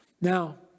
Now